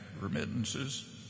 remittances